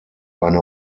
eine